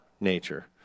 nature